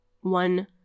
one